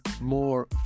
more